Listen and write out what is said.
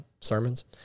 sermons